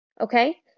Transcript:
Okay